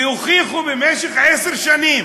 והוכיחו במשך עשר שנים